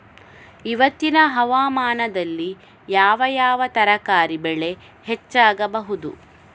ಇವತ್ತಿನ ಹವಾಮಾನದಲ್ಲಿ ಯಾವ ಯಾವ ತರಕಾರಿ ಬೆಳೆ ಹೆಚ್ಚಾಗಬಹುದು?